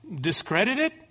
discredited